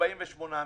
48 מיליון.